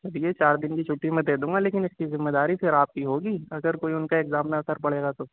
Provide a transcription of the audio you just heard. چلیے چار دِن کی چُھٹی میں دے دوں گا لیکن اِس کی ذمہ داری پھر آپ کی ہوگی اگر کوئی اُن کا اگزام میں اثر پڑے گا تو